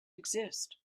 exist